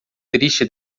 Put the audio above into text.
triste